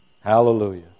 Hallelujah